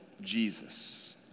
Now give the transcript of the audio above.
Jesus